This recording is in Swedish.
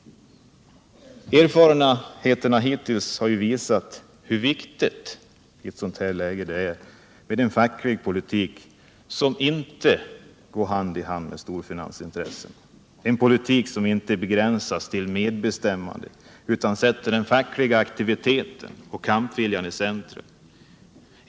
Erfarenheterna hittills har visat hur viktigt det i ett sådant läge är med en facklig politik som inte går hand i hand med storfinansens intressen, en politik som inte begränsas till medbestämmande utan som sätter den fackliga aktiviteten och kampviljan i centrum.